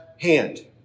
hand